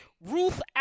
Ruth